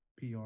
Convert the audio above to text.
pr